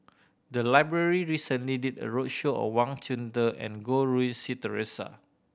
the library recently did a roadshow on Wang Chunde and Goh Rui Si Theresa